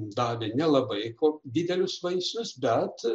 davė nelabai kok didelius vaisius bet